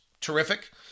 terrific